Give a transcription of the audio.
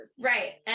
Right